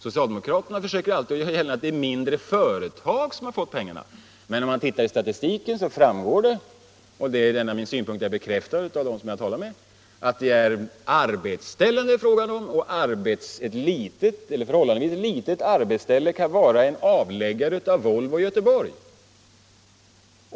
Socialdemokraterna försöker alltid göra gällande att det är mindre företag som har fått pengarna. Men om man studerar statistiken finner man — och denna min synpunkt bekräftas av dem som jag talat med — att det är fråga om arbetsställen. Ett förhållandevis litet arbetsställe kan vara en avläggare av Volvo i Göteborg.